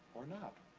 or not.